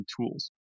tools